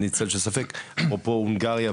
לא ממש קיים אצלם ובתוך הדבר הזה,